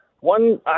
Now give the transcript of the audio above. one